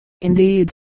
Indeed